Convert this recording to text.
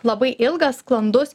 labai ilgas sklandus